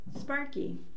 Sparky